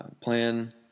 plan